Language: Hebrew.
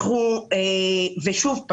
שוב,